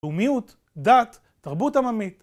לאומיות, דת, תרבות עממית